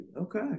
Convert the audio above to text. okay